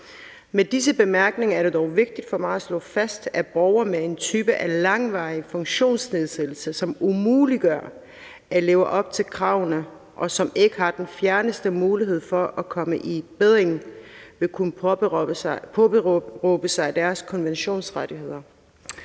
Med disse bemærkninger er det dog vigtigt for mig at slå fast, at borgere med en langvarig funktionsnedsættelse, som umuliggør at leve op til kravene, og som ikke har den fjerneste mulighed for at komme i bedring, vil kunne påberåbe sig deres konventionsrettigheder.